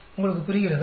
உங்களுக்கு புரிகிறதா